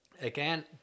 again